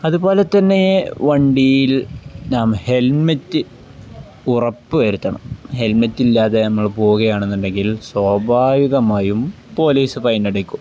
അതുപോലെ തന്നെ വണ്ടിയിൽ നാം ഹെൽമറ്റ് ഉറപ്പു വരുത്തണം ഹെൽമറ്റില്ലാതെ നമ്മള് പോവുകയാണെന്നുണ്ടെങ്കിൽ സ്വാഭാവികമായും പോലീസ് ഫൈനടിക്കും